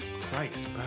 Christ